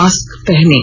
mask पहनें